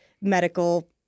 medical